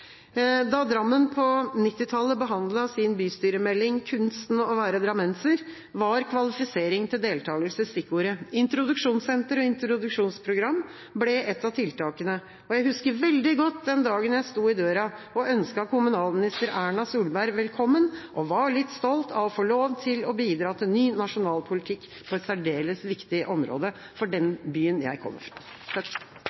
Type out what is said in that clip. Da Drammen på 1990-tallet behandlet sin bystyremelding Kunsten å være drammenser, vedtatt i 2000, var kvalifisering til deltagelse stikkordet. Introduksjonssenter og introduksjonsprogram ble et av tiltakene, og jeg husker veldig godt den dagen jeg sto i døra og ønsket kommunalminister Erna Solberg velkommen og var litt stolt av å få lov til å bidra til ny, nasjonal politikk på et særdeles viktig område for